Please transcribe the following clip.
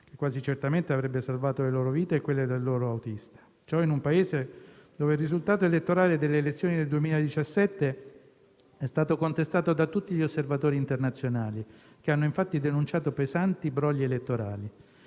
che quasi certamente avrebbe salvato le loro vite e quella del loro autista. Ciò in un Paese dove il risultato elettorale delle elezioni del 2017 è stato contestato da tutti gli osservatori internazionali, che hanno infatti denunciato pesanti brogli elettorali,